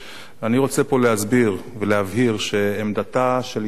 אני רוצה פה להסביר ולהבהיר שעמדתה של ישראל,